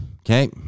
Okay